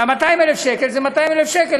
ו-200,000 השקלים זה 200,000 שקל,